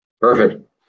Perfect